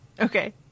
okay